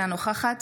אינה נוכחת